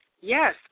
Yes